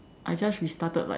I just restarted like